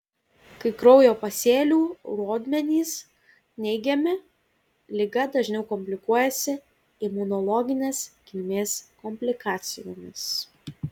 kai kraujo pasėlių rodmenys neigiami liga dažniau komplikuojasi imunologinės kilmės komplikacijomis